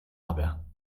aber